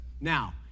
Now